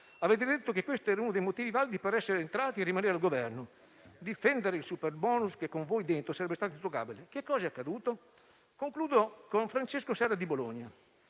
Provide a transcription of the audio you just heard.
avete detto che questo era uno dei motivi validi per essere entrati e rimanere al Governo: difendere il superbonus che con voi dentro sarebbe stato intoccabile. Che cosa è accaduto? Concludo citando Francesco Serra di Bologna: